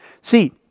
See